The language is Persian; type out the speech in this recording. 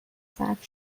صرف